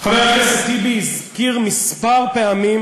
חבר הכנסת טיבי הזכיר כמה פעמים